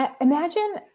imagine